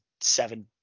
seven